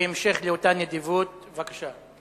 כהמשך לאותה נדיבות, בבקשה.